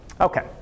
Okay